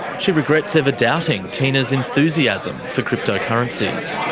she regrets ever doubting tina's enthusiasm for cryptocurrencies.